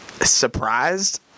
surprised